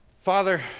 Father